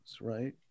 right